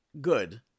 good